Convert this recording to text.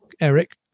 Eric